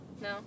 No